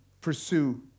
pursue